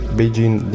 Beijing